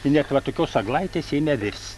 i niek va tokios eglaitės jie nevirs